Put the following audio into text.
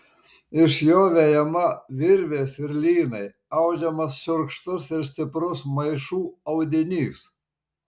iš jo vejama virvės ir lynai audžiamas šiurkštus ir stiprus maišų audinys